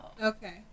Okay